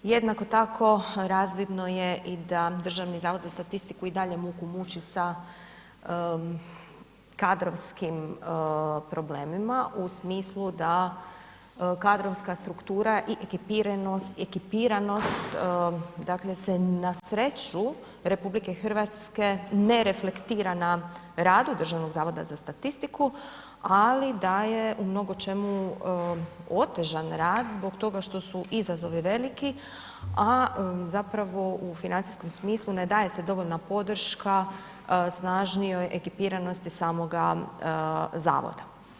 Jednako tako razvidno je i da Državni zavod za statistiku i dalje muku muči sa kadrovskim problemima u smislu da kadrovska struktura i ekipiranost dakle se na sreću RH ne reflektira na radu Državnog zavoda za statistiku ali da je u mnogo čemu otežan rad zbog toga što su izazovi veliki a zapravo u financijskom smislu ne daje se dovoljna podrška snažnijoj ekipiranosti samoga Zavoda.